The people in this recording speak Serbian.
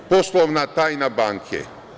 Poslovna tajna banke.